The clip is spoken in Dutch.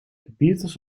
beatles